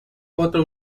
otro